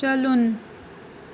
چَلُن